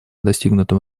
достигнутым